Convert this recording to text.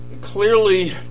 clearly